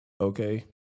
okay